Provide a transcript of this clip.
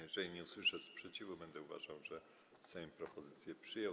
Jeżeli nie usłyszę sprzeciwu, będę uważał, że Sejm propozycję przyjął.